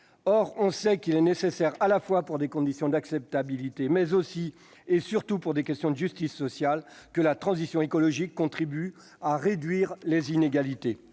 Or on sait qu'il est nécessaire, pour des questions d'acceptabilité, mais aussi et surtout de justice sociale, que la transition écologique contribue à réduire les inégalités.